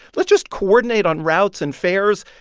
let's just coordinate on routes and fares,